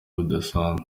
budasanzwe